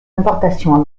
importations